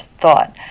thought